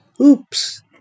Oops